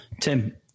Tim